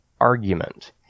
argument